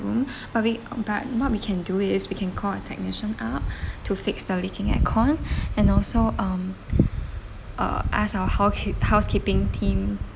room but we uh but what we can do is we can call a technician up to fix the leaking aircon and also um uh ask our housekeep housekeeping team